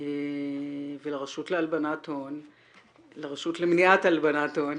ולרשות למניעת הלבנת הון